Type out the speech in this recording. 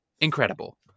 Incredible